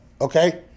okay